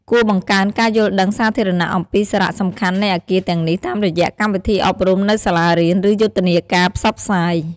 គួរបង្កើនការយល់ដឹងសាធារណៈអំពីសារៈសំខាន់នៃអគារទាំងនេះ តាមរយៈកម្មវិធីអប់រំនៅសាលារៀន ឬយុទ្ធនាការផ្សព្វផ្សាយ។